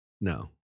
no